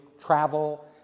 travel